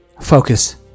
focus